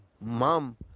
mom